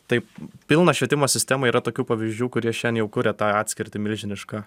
taip pilna švietimo sistema yra tokių pavyzdžių kurie šiandien jau kuria tą atskirtį milžinišką